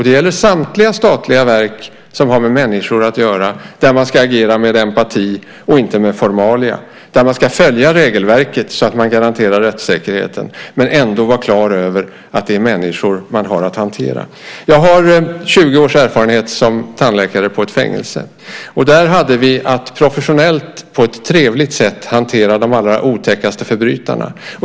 Det gäller samtliga statliga verk som har med människor att göra och där man ska agera med empati, inte med formalia, och där man ska följa regelverket så att man garanterar rättssäkerheten men ändå vara klar över att det är människor man har att hantera. Jag har 20 års erfarenhet som tandläkare på ett fängelse. Där hade vi att professionellt på ett trevligt sätt hantera de allra otäckaste förbrytarna.